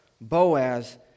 Boaz